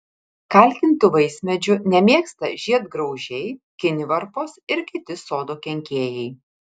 kalkintų vaismedžių nemėgsta žiedgraužiai kinivarpos ir kiti sodo kenkėjai